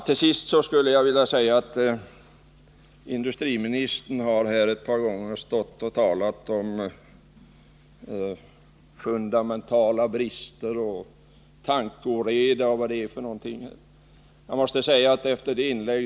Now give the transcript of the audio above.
Till sist skulle jag vilja säga att industriministern ett par gånger har stått här och talat om fundamentala brister och tankeoreda och allt vad det var för någonting.